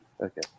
Okay